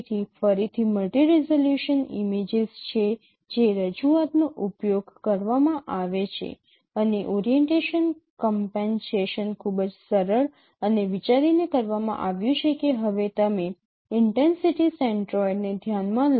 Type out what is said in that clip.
તેથી ફરીથી multi resolution images છે જે રજૂઆતનો ઉપયોગ કરવામાં આવે છે અને ઓરીએન્ટેશન કમ્પેશેશન ખૂબ જ સરળ અને વિચારીને કરવામાં આવ્યું છે કે હવે તમે ઇન્ટેન્સિટી સેન્ટ્રોઇડને ધ્યાનમાં લો